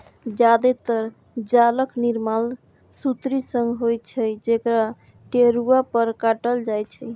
जादेतर जालक निर्माण सुतरी सं होइत छै, जकरा टेरुआ पर काटल जाइ छै